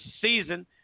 season